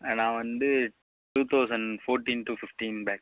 நான் வந்து two thousand fourteen to fifteen patch